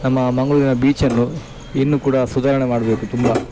ನಮ್ಮ ಮಂಗಳೂರಿನ ಬೀಚ್ ಅನ್ನು ಇನ್ನು ಕೂಡ ಸುಧಾರಣೆ ಮಾಡಬೇಕು ತುಂಬ